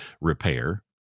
repair